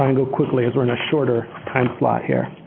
um go quickly, as we're in a shorter time slot here.